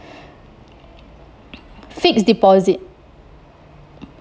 fixed deposit